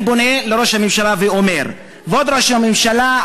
אני פונה לראש הממשלה ואומר: כבוד ראש הממשלה,